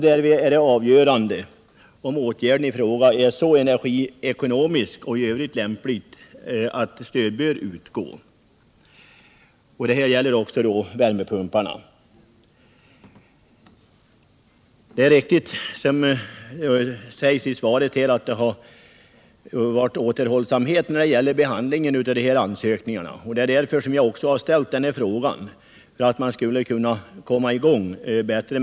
Därvid är det avgörande om åtgärden i fråga är så energiekonomisk och i övrigt lämplig att stöd bör utgå. Det gäller också värmepumparna. Det är riktigt, som sägs i svaret, att det har varit återhållsamhet när det gäller behandlingen av ansökningarna och det är därför jag har ställt frågan, för att man skall komma i gång bättre.